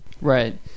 Right